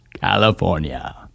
California